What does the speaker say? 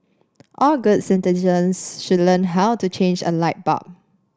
all good citizens should learn how to change a light bulb